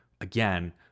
again